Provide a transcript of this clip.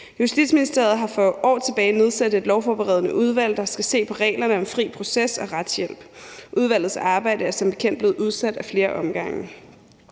Justitsministeriet har for år tilbage nedsat et lovforberedende udvalg, der skal se på reglerne for fri proces og retshjælp. Udvalgets arbejde er som bekendt blevet udsat ad flere omgange.